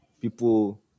people